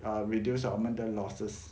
err reduce 我们的 losses